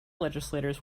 legislators